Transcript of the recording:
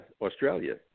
Australia